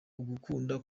ugukunda